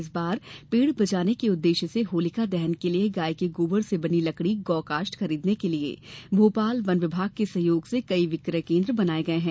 इस बार पेड़ बचाने के उद्देश्य से होलिका दहन के लिए गाय के गोबर से बनी लकड़ी गौकाष्ठ खरीदने के लिए भोपाल वन विभाग के सहयोग से कई विकय केन्द्र बनाये गये हैं